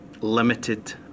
limited